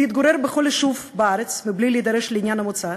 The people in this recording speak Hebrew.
להתגורר בכל יישוב בארץ מבלי להידרש לעניין המוצא,